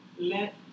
let